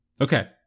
Okay